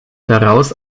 daraus